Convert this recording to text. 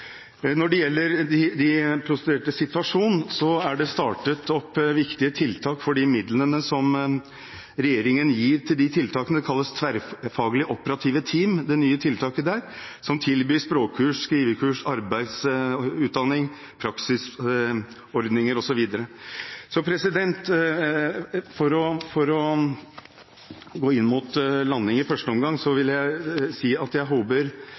regjeringen fordeler. Det kalles tverrfaglige operative team, det nye tiltaket der som tilbyr språkkurs, skrivekurs, arbeid, utdanning, praksisordninger osv. For å gå inn mot landing i første omgang vil jeg si at jeg håper